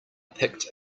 picked